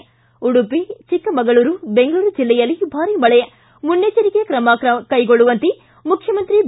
ಿ ಉಡುಪಿ ಚಿಕ್ಕಮಗಳೂರು ಬೆಂಗಳೂರು ಜಿಲ್ಲೆಯಲ್ಲಿ ಭಾರಿ ಮಳೆ ಮುನ್ನೆಚ್ಚರಿಕಾ ಕ್ರಮ ಕೈಗೊಳ್ಳುವಂತೆ ಮುಖ್ಯಮಂತ್ರಿ ಬಿ